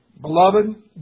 Beloved